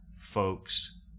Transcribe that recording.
folks